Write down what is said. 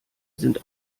sind